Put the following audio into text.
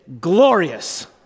glorious